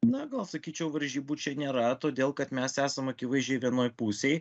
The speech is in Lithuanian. na gal sakyčiau varžybų čia nėra todėl kad mes esam akivaizdžiai vienoj pusėj